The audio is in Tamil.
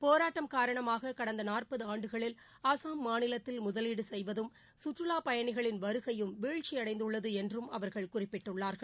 போராட்டம் காரணமாக கடந்த நாற்பது ஆண்டுகளில் அஸ்ஸாம் மாநிலத்தில் முதலீடு செய்வதும் சுற்றுலாப் பயணிகள் வருகையும் வீழ்ச்சி அடைந்துள்ளது என்றும் அவர்கள் குறிப்பிட்டுள்ளார்கள்